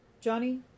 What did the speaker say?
Johnny